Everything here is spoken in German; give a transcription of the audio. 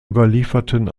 überlieferten